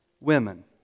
women